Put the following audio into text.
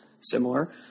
similar